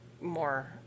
more